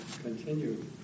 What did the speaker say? continue